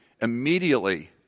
immediately